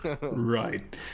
Right